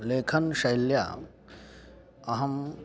लेखनशैल्या अहं